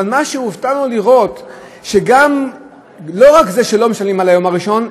אבל מה שהופתענו לראות זה שלא רק שלא משלמים על היום הראשון,